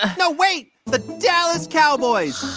no. wait. the dallas cowboys.